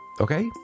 okay